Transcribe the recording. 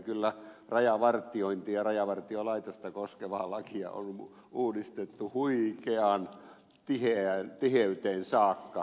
kyllä rajavartiointia ja rajavartiolaitosta koskevaa lakia on uudistettu huikeaan tiheyteen saakka